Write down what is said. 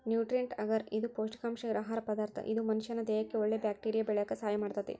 nutrient ಅಗರ್ ಇದು ಪೌಷ್ಟಿಕಾಂಶ ಇರೋ ಆಹಾರ ಪದಾರ್ಥ ಇದು ಮನಷ್ಯಾನ ದೇಹಕ್ಕಒಳ್ಳೆ ಬ್ಯಾಕ್ಟೇರಿಯಾ ಬೆಳ್ಯಾಕ ಸಹಾಯ ಆಗ್ತೇತಿ